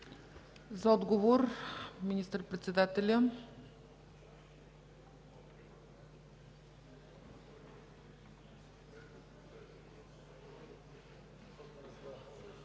За отговор – министър-председателят.